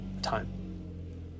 time